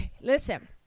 Listen